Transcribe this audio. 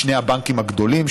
משני הבנקים הגדולים,